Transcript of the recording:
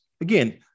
Again